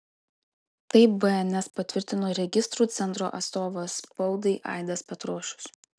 tai bns patvirtino registrų centro atstovas spaudai aidas petrošius